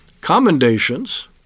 commendations